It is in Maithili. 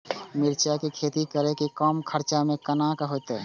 मिरचाय के खेती करे में कम खर्चा में केना होते?